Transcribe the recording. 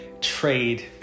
trade